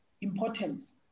importance